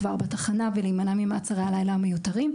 כבר בתחנה ולהימנע ממעצרי הלילה המיותרים,